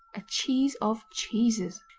a cheese of cheeses.